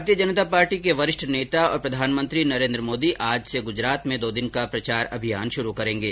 भारतीय जनता पार्टी के वरिष्ठ नेता और प्रधानमंत्री नरेन्द्र मोदी आज से गुजरात में दो दिन का प्रचार अभियान शुरू करेंगे